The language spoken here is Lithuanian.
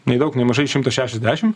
nei daug nei mažai šimtą šešiasdešimt